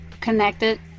connected